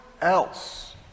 else